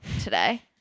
today